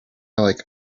like